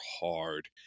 hard